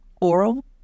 oral